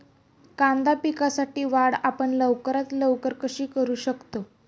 कांदा पिकाची वाढ आपण लवकरात लवकर कशी करू शकतो?